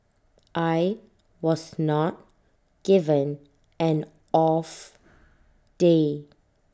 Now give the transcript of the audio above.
I was not given an off day